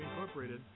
Incorporated